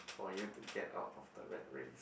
for you to get out of the rat race